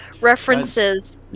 references